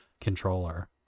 controller